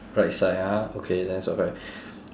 right side ah okay then so correct